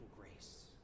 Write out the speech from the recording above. grace